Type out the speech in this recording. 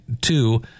Two